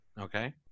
Okay